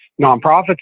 nonprofits